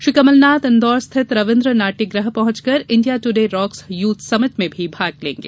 श्री कमलनाथ इंदौर स्थित रविन्द्र नाट्यगृह पहुंचकर India Today rocks youth summit में भी भाग लेंगे